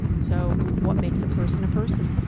so, what makes a person a person?